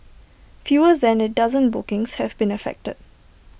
fewer than A dozen bookings have been affected